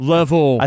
Level